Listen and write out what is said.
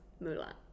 Mulan